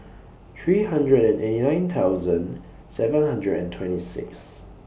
three hundred and eighty nine thousand seven hundred and twenty six